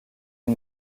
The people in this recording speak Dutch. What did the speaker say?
aan